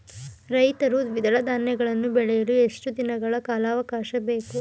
ರೈತರು ದ್ವಿದಳ ಧಾನ್ಯಗಳನ್ನು ಬೆಳೆಯಲು ಎಷ್ಟು ದಿನಗಳ ಕಾಲಾವಾಕಾಶ ಬೇಕು?